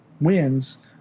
wins